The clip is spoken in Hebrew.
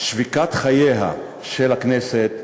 שביקתה חיים של הכנסת,